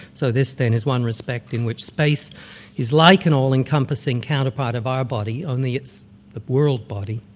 so this thing is one respect in which space is like an all-encompassing counterpart of our body, only it's the world body,